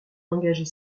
engager